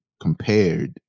compared